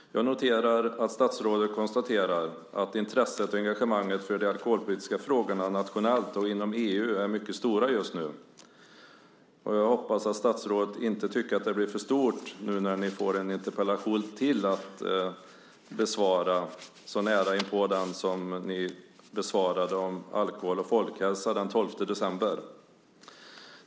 Jag noterar att statsrådet konstaterar att intresset och engagemanget för de alkoholpolitiska frågorna nationellt och inom EU är mycket stort just nu. Jag hoppas att statsrådet inte tycker att det blir för stort nu när ni får en interpellation till att besvara så nära inpå den som ni besvarade om alkohol och folkhälsa den 12 december.